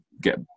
get